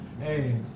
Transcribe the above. Hey